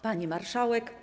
Pani Marszałek!